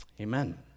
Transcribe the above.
Amen